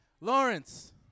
Lawrence